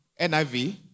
NIV